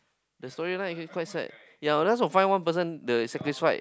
the story line actually quite sad ya unless will find one person the sacrificed